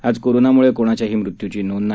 आज कोरोनामुळे कोणाच्याही मृत्यूची नोंद नाही